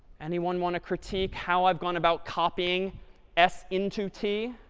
anyone want to critique how i've gone about copying s into t?